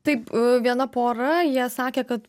taip viena pora jie sakė kad